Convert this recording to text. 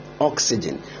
Oxygen